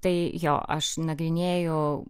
tai jo aš nagrinėju